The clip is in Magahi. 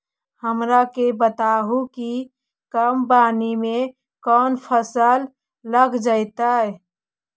हमरा के बताहु कि कम पानी में कौन फसल लग जैतइ?